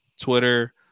Twitter